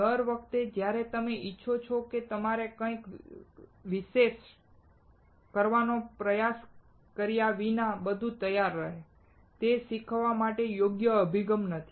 દર વખતે જ્યારે તમે ઇચ્છો છો કે તમારા વિશે કંઇક કરવાનો પ્રયાસ કર્યા વિના બધું તૈયાર રહે તે શીખવા માટે યોગ્ય અભિગમ નથી